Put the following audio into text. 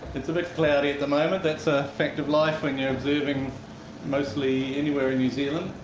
it's a bit cloudy at the moment, that's a fact of life when you're observing mostly anywhere in new zealand.